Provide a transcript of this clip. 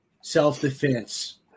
self-defense